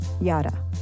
yada